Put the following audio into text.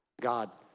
God